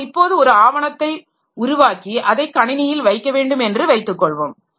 நான் இப்போது ஒரு ஆவணத்தை உருவாக்கி அதை கணினியில் வைக்க வேண்டும் என்று வைத்துக்கொள்வோம்